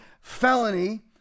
felony